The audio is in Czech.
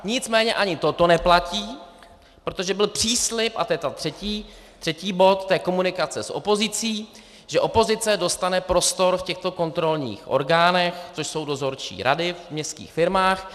Nicméně ani toto neplatí, protože byl příslib, a to je ten třetí bod, komunikace s opozicí, že opozice dostane prostor v těchto kontrolních orgánech, což jsou dozorčí rady v městských firmách.